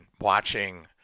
watching